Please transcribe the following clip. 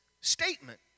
statement